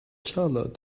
charlotte